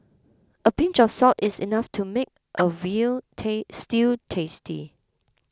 a pinch of salt is enough to make a veal stew tasty